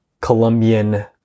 Colombian